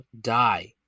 die